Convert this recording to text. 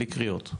בלי קריאות,